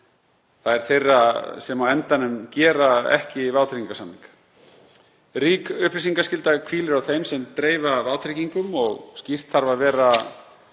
þ.e. þeirra sem á endanum gera ekki vátryggingarsamning. Rík upplýsingaskylda hvílir á þeim sem dreifa vátryggingum og skýrt þarf að vera